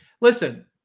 Listen